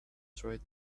tried